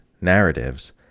narratives